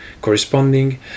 Corresponding